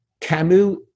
Camus